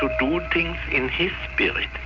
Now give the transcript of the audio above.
to do things in his spirit,